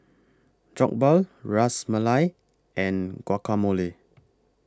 Jokbal Ras Malai and Guacamole